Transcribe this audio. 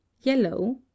yellow